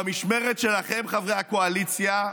במשמרת שלכם, חברי הקואליציה,